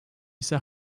ise